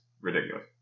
ridiculous